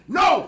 no